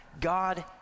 God